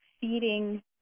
feeding